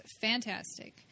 fantastic